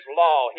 law